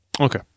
Okay